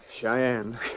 Cheyenne